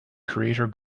creator